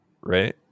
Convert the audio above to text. right